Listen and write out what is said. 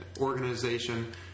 organization